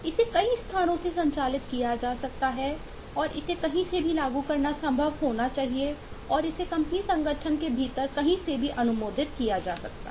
इसे कई स्थानों से संचालित किया जा सकता है और इसे कहीं से भी लागू करना संभव होना चाहिए और इसे कंपनी संगठन के भीतर कहीं से भी अनुमोदित किया जा सकता है